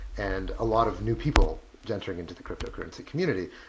and a lot of new people yeah answering into the cryptocurrency community,